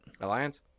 Alliance